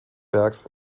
bergs